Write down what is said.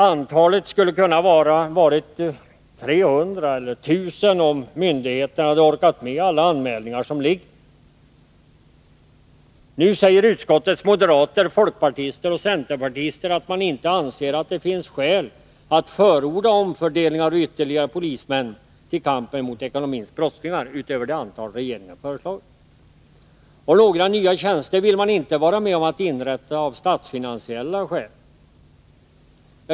Antalet skulle kanske ha varit 300 eller 1000, om myndigheterna hade orkat behandla alla anmälningar som föreligger. Nu säger utskottets moderater, folkpartister och centerpartister att man inte anser att det finns skäl att förorda omfördelningar av ytterligare polismän utöver det antal som regeringen har föreslagit till kampen mot ekonomins brottslingar. Och några nya tjänster vill man av statsfinansiella skäl inte vara med om att inrätta.